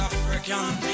African